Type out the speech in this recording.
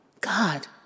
God